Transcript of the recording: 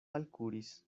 alkuris